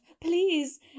please